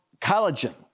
collagen